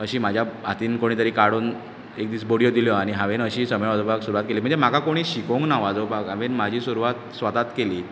अशी म्हज्या हातीन कोणी तरी काडून एक दीस बडयो दिल्यो आनी हांवेंन अशी समेळ वाजोवपाक सुरवात केली म्हणजे म्हाका कोणी शिकोवंक ना वाजोवपाक हांवेन म्हाजी सुरवात स्वताच केली